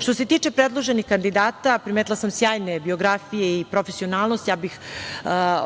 se tiče predloženih kandidata, primetila sam sjajne biografije i profesionalnost. Ja bih,